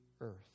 earth